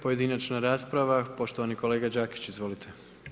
Pojedinačna rasprava, poštovani kolega Đakić, izvolite.